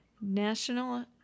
National